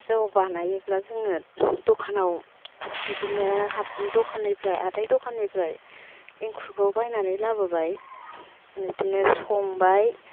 जौ बानायोब्ला जोङो द'खानाव बिदिनो द'खाननिफ्राय हाथाय द'खाननिफ्राय एंखुरखौ बायनानै लाबोबाय बिदिनो संबाय